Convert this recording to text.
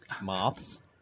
Moths